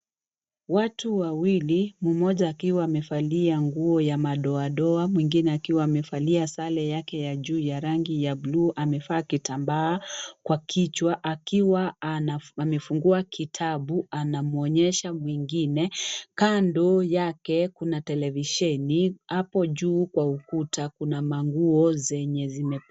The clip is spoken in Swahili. Watu wawili mmoja akiwa amevalia nguo ya madoadoa na mwingine akiwa amevalia sare yake ya juu ya rangi ya buluu amevaa kitambaa kwa kichwa akiwa amefungua kitabu anamwonyeshs mwingine , kando yake kuna televisheni hapo juu kwa ukuta kuna manguo zenye zimepa